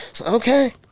Okay